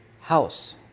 house